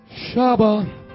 Shabbat